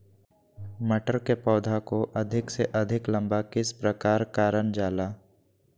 मटर के पौधा को अधिक से अधिक लंबा किस प्रकार कारण जाला?